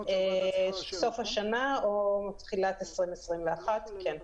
סוף השנה או תחילת 2021. כן.